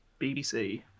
BBC